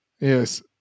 Yes